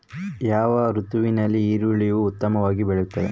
ಯಾವ ಋತುವಿನಲ್ಲಿ ಈರುಳ್ಳಿಯು ಉತ್ತಮವಾಗಿ ಬೆಳೆಯುತ್ತದೆ?